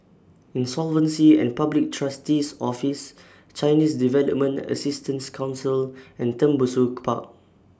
Insolvency and Public Trustee's Office Chinese Development Assistance Council and Tembusu Park